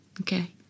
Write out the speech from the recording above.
Okay